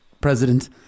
president